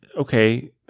Okay